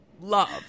Love